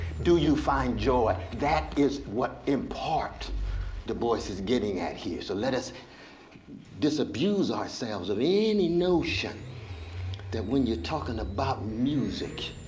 do you find joy, that is what in part du bois is getting at here. so let us disabuse ourselves of any notion that when you're talking about music,